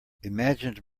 imagined